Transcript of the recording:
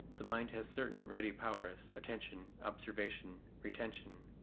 the mind has certain ready powers, attention, observation, retention,